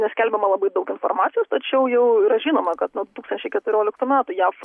neskelbiama labai daug informacijos tačiau jau yra žinoma kad nuo du tūkstančiai keturioliktų metų jav